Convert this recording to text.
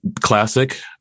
classic